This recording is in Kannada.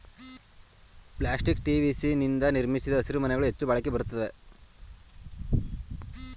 ಪ್ಲಾಸ್ಟಿಕ್ ಟಿ.ವಿ.ಸಿ ನಿಂದ ನಿರ್ಮಿಸಿದ ಹಸಿರುಮನೆಗಳು ಹೆಚ್ಚು ಬಾಳಿಕೆ ಬರುತ್ವೆ